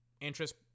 interest